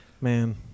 Man